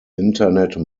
internet